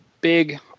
big